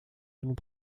allons